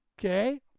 Okay